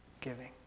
giving